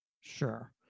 Sure